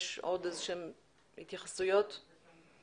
שלום לכם.